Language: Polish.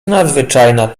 nadzwyczajna